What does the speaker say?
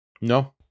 No